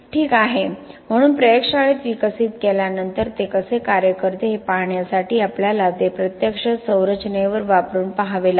ठीक आहे म्हणून प्रयोगशाळेत विकसित केल्यानंतर ते कसे कार्य करते हे पाहण्यासाठी आपल्याला ते प्रत्यक्ष संरचनेवर वापरून पहावे लागेल